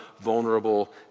vulnerable